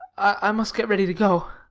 i must get ready to go.